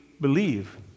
believe